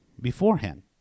beforehand